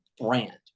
brand